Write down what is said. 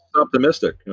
optimistic